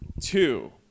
two